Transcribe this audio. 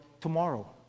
tomorrow